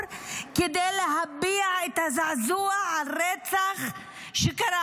כדי להביע את הזעזוע על הרצח שקרה.